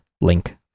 link